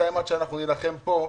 בינתיים עד שאנחנו נילחם פה,